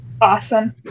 awesome